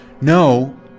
no